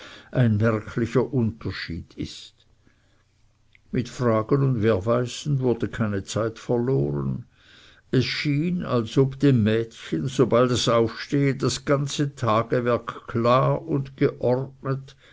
ein merklicher unterschied ist mit fragen und werweisen wurde keine zeit verloren es schien als ob dem mädchen sobald es aufstehe das ganze tagewerk klar und geordnet